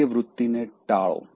તે વૃત્તિને ટાળો